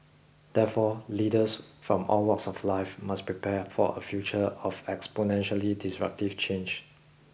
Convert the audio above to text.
therefore leaders from all walks of life must prepare for a future of exponentially disruptive change